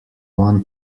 one